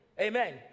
Amen